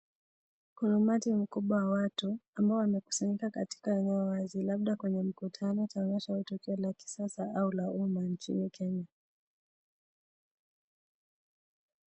Umati mkubwa wa watu ambao wamekusanyika katika eneo wazi, labda kwenye mkutano, tamasha au eneo la kisasa au la umma nchini Kenya.